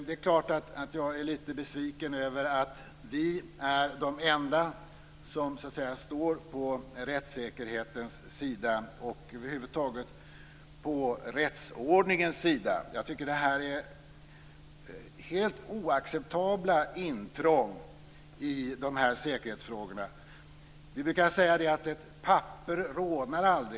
Det är klart att jag är lite besviken över att vi är de enda som står på rättssäkerhetens sida och över huvud taget på rättsordningens sida. Jag tycker att det här är helt oacceptabla intrång i säkerhetsfrågorna. Vi brukar säga att ett papper aldrig rodnar.